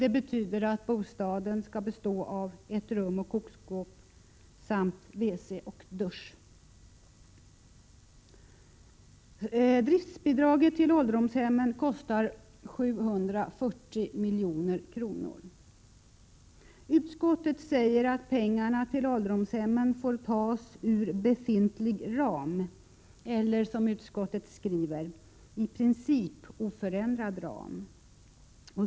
Det betyder att bostaden skall bestå av ett rum och kokskåp samt wc och dusch. Driftsbidraget till ålderdomshemmen kostar 740 milj.kr. Utskottet säger att pengarna till ålderdomshemmen får tas ur befintlig ram, eller som utskottet skriver ”i princip oförändrad ram”.